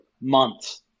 months